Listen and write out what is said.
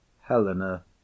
Helena